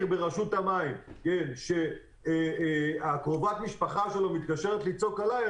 ברשות המים שקרובת המשפחה שלו מתקשרת לצעוק עליי,